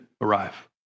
arrive